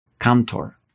Cantor